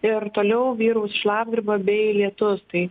ir toliau vyraus šlapdriba bei lietus tai